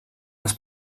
les